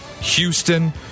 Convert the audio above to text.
Houston